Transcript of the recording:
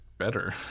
Better